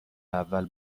اول